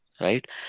right